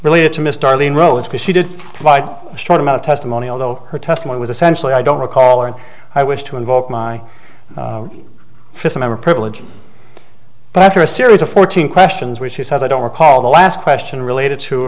related to miss darlene rose because she did a short amount of testimony although her testimony was essentially i don't recall or i wish to invoke my fifth amendment privilege but after a series of fourteen questions where she says i don't recall the last question related to